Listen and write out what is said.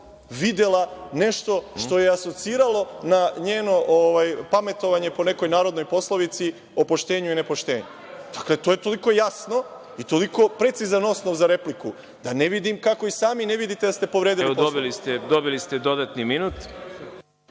videla nešto što je asociralo na njeno pametovanje po nekoj narodnoj poslovici o poštenju i nepoštenju. Dakle, to je toliko jasno i toliko precizan osnov za repliku, da ne vidim kako i sami ne vidite da ste povredili Poslovnik.